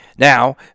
Now